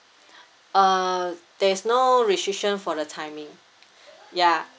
uh there's no restriction for the timing ya